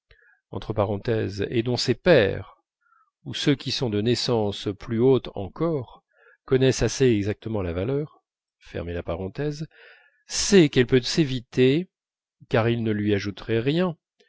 dont ses pairs ou ceux qui sont de naissance plus haute encore connaissent assez exactement la valeur sait qu'elle peut s'éviter car ils ne lui ajouteraient rien